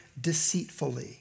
deceitfully